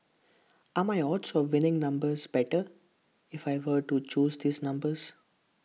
are my odds of winning numbers better if I were to choose these numbers